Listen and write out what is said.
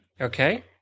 Okay